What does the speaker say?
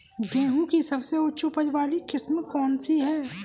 गेहूँ की सबसे उच्च उपज बाली किस्म कौनसी है?